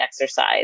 exercise